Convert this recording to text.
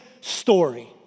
story